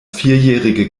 vierjährige